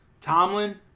Tomlin